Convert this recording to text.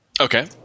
Okay